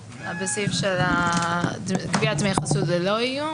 בסעיף של גביית דמי חסות ולא איום,